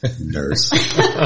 Nurse